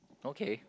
okay